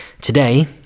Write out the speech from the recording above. Today